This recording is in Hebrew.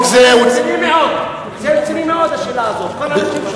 השאלה הזאת רצינית מאוד.